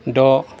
द